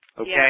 Okay